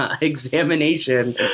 examination